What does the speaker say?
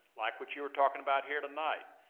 like what you were talking about here tonight,